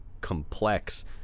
complex